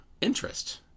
interest